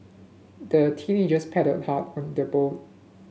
the teenagers paddled hard from their boat